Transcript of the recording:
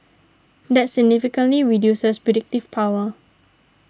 that significantly reduces predictive power